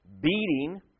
beating